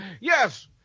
Yes